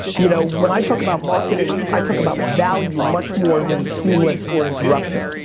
you know, when i talk about marketing, i talk about value much more than seamless or interruption.